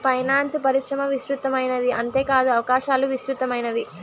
finance పరిశ్రమ విస్తృతమైనది అంతేకాదు అవకాశాలు విస్తృతమైనది